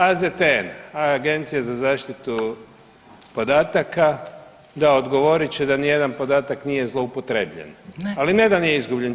AZTN, Agencija za zaštitu podataka da odgovorit će da nijedan podatak nije zloupotrebljen [[Upadica: Ne.]] ali ne da nije izgubljen.